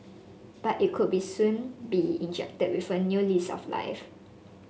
but it could be soon be injected with a new lease of life